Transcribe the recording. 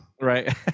Right